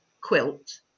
quilt